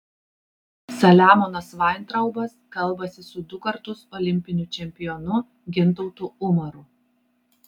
saliamonas vaintraubas kalbasi su du kartus olimpiniu čempionu gintautu umaru